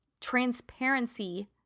transparency